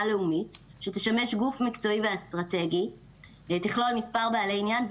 לאומית שתשמש גוף מקצועי ואסטרטגי ותכלול מספר בעלי עניין,